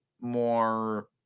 more